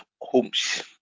homes